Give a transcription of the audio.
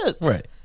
Right